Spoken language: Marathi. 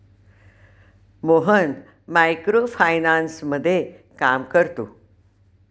मोहन मायक्रो फायनान्समध्ये काम करतो